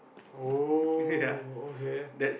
oh okay